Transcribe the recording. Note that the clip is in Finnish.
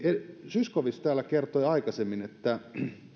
ja zyskowicz täällä kertoi aikaisemmin että